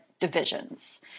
divisions